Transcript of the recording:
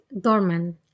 Dorman